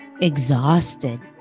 exhausted